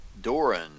Doran